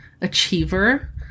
achiever